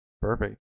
Perfect